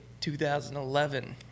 2011